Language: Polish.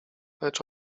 lecz